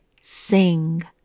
sing